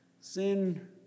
Sin